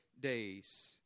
days